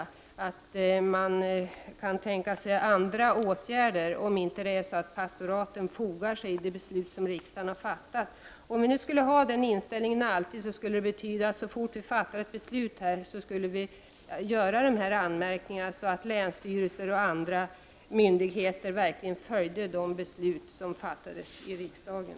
Man kan alltså tänka sig att andra åtgärder skall vidtas, om pastoraten inte fogar sig i det beslut som riksdagen har fattat. Om man alltid skulle ha den inställningen, skulle det medföra att vi här i riksdagen, så snart vi fattade ett beslut, skulle göra en sådan anmärkning så att länsstyrelser och andra myndigheter verkligen följde det fattade beslutet.